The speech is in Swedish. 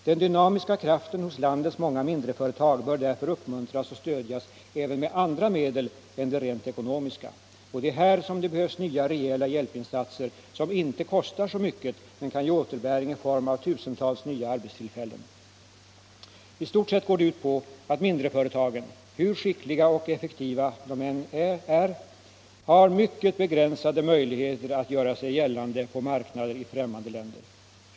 Den dynamiska kraften hos landets många mindreföretag bör därför uppmuntras och stödjas även med andra medel än de rent ekonomiska. Och det är här som det behövs nya, rejäla hjälpinsatser, som inte kostar så mycket men kan ge återbäring i form av tusentals nya arbetstillfällen. I stort sett gäller att mindreföretagen — hur skickliga och effektiva de än är — har mycket begränsade möjligheter att hävda sig på marknader i främmande länder.